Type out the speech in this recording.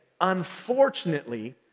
Unfortunately